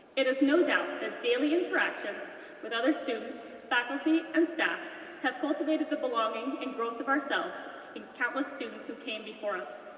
it is no doubt that daily interactions with other students, faculty, and staff have cultivated the belonging and growth of ourselves and countless students who came before us.